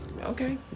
okay